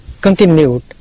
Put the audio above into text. continued